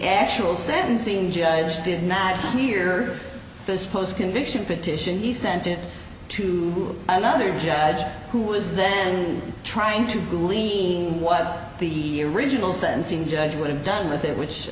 actual sentencing judge did not hear this post convention petition he sent it to another judge who was then trying to believe what the original sentencing judge would have done with it which